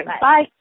Bye